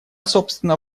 собственно